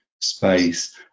space